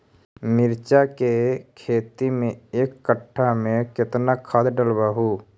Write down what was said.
मिरचा के खेती मे एक कटा मे कितना खाद ढालबय हू?